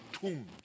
tombs